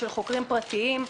של חוקרים פרטיים.